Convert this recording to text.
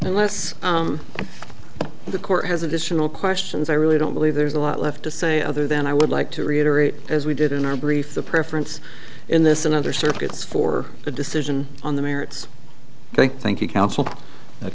unless the court has additional questions i really don't believe there's a lot left to say other than i would like to reiterate as we did in our brief the preference in this and other circuits for a decision on the merits thank thank you counsel